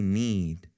need